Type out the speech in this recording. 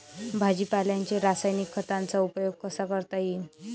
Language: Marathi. भाजीपाल्याले रासायनिक खतांचा उपयोग कसा करता येईन?